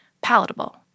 palatable